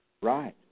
Right